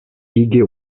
икӗ